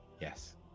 Yes